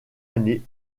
année